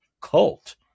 cult